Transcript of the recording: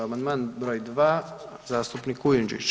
Amandman br. 2 zastupnik Kujundžić.